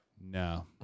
No